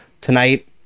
Tonight